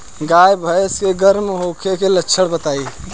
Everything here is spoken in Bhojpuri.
गाय भैंस के गर्म होखे के लक्षण बताई?